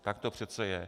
Tak to přece je.